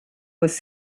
was